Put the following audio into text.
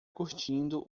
curtindo